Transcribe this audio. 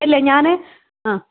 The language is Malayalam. ഇല്ല ഞാന് അ